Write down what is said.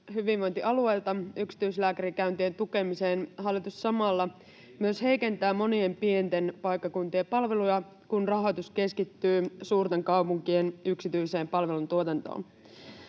hyvinvointialueilta yksityislääkärikäyntien tukemiseen hallitus samalla heikentää monien pienten paikkakuntien palveluja, kun rahoitus keskittyy suurten kaupunkien yksityiseen palveluntuotantoon.